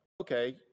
okay